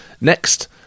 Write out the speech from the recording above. next